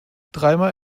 dreimal